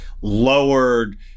lowered